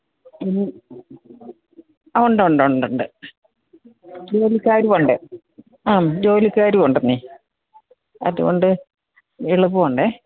ഇനി ആ ഉണ്ടുണ്ടുണ്ടുണ്ട് ജോലിക്കാരുമുണ്ട് ആം ജോലിക്കാരുമുണ്ടെന്നെ അതുകൊണ്ട് എളുപ്പമുണ്ട്